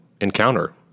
encounter